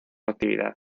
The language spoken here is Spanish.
actividad